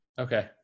Okay